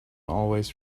always